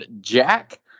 jack